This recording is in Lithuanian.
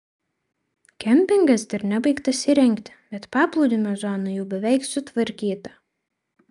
kempingas dar nebaigtas įrengti bet paplūdimio zona jau beveik sutvarkyta